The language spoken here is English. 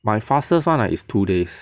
my fastest [one] ah is two days